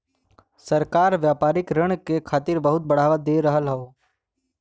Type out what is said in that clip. सरकार व्यापारिक ऋण के खातिर बहुत बढ़ावा दे रहल हौ